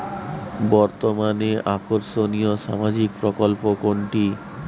বর্তমানে আকর্ষনিয় সামাজিক প্রকল্প কোনটি?